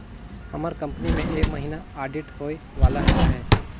हमर कंपनी में ए महिना आडिट होए वाला अहे